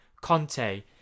Conte